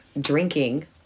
drinking